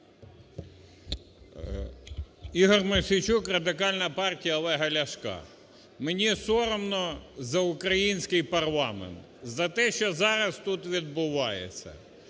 Ігор Мосійчук, Радикальна партія Олега Ляшка. Мені соромно за український парламент, за те, що зараз тут відбувається.